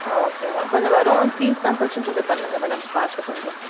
ஆ okay madam கொஞ்சம் வரோம் fees concession கொஞ்சம் பண்ணுங்கள் மேடம் பார்த்து கொஞ்சம்